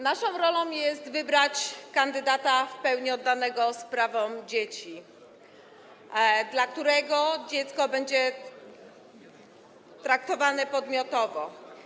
Naszą rolą jest wybrać kandydata w pełni oddanego sprawom dzieci, dla którego dziecko będzie traktowane podmiotowo.